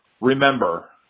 remember